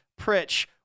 Pritch